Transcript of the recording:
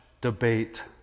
debate